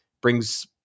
brings